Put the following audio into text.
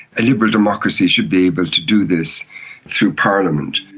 a liberal democracy should be able to do this through parliament.